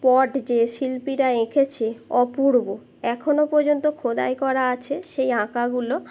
পট যে শিল্পীরা এঁকেছে অপূর্ব এখনও পরযন্ত খোদাই করা আছে সেই আঁকাগুলো